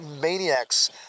maniacs